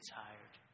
tired